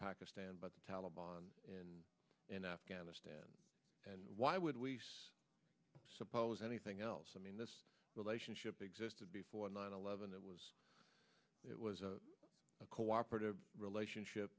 pakistan but taleban and in afghanistan and why would we suppose anything else i mean this relationship existed before nine eleven it was it was a cooperative relationship